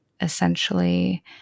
essentially